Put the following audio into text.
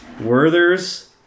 Werther's